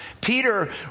Peter